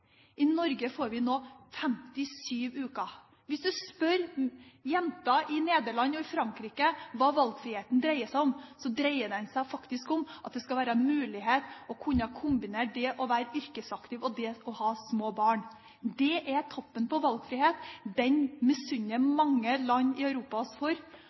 I Norge får vi nå 57 uker. Hvis man spør jenter i Nederland og i Frankrike om hva valgfriheten dreier seg om, dreier den seg faktisk om at det skal være mulig å kunne kombinere det å være yrkesaktiv og det å ha små barn. Det er toppen av valgfrihet. Den misunner mange land i Europa oss.